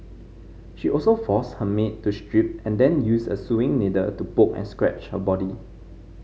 she also forced her maid to strip and then used a sewing needle to poke and scratch her body